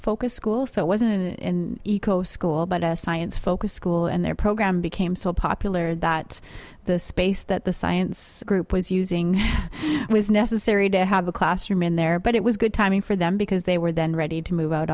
focus school so it wasn't in eco school but a science focused school and their program became so popular that the space that the science group was using was necessary to have a classroom in there but it was good timing for them because they were then ready to move out